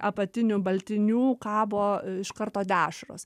apatinių baltinių kabo iš karto dešros